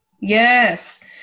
Yes